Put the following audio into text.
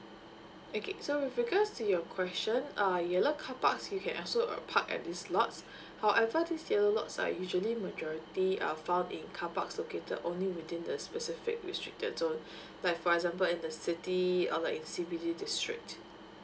okay so with regards to your question uh yellow car parks you can also uh park at these lots however these yellow lots are usually majority are found in car parks located only within the specific restricted zone like for example in the city or like in C_B_D district